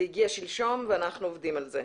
זה הגיע שלשום ואנחנו עובדים על זה.